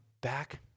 back